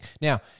now